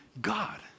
God